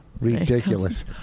Ridiculous